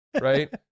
right